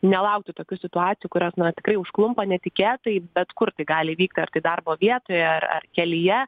nelaukti tokių situacijų kurios na tikrai užklumpa netikėtai bet kur tai gali įvykti ar tai darbo vietoje ar ar kelyje